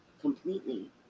completely